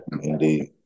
indeed